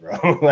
bro